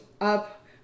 up